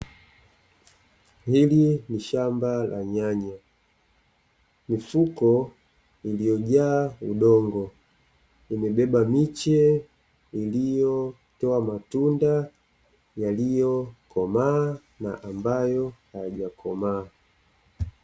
Hili ni shamba la nyanya mifuko iliyo jaa udongo, imebeba miche iliyotoa matunda yaliyokamaa na ambayo hayajakomaa.